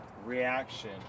Reaction